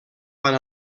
van